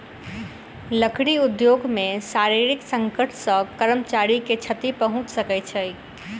लकड़ी उद्योग मे शारीरिक संकट सॅ कर्मचारी के क्षति पहुंच सकै छै